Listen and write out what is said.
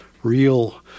real